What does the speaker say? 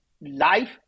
life